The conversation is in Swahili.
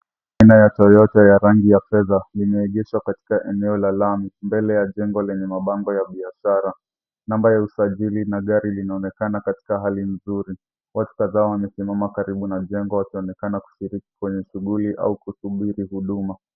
Gari aina ya toyota ya rangi ya fedha, limeegeshwa katika eneo la lami. Mbele ya jengo lenye mabango ya biashara. Namba ya usajili na gari linaonekana katika hali nzuri. Watu kadhaa wamesimama karibu na jengo, wakionekana kushiriki kwenye shughuli au kusubiri huduma.